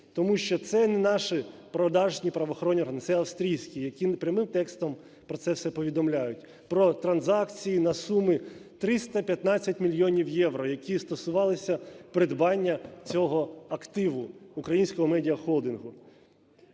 тому що це не наші продажні правоохоронні органи, це австрійські, які прямим текстом про це все повідомляють, про транзакції на суми 315 мільйонів євро, які стосувалися придбання цього активу "Українського Медіа Холдингу".